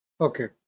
okay